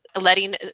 letting